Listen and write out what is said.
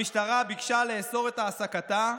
המשטרה ביקשה לאסור את העסקתה,